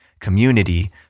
Community